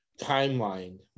timeline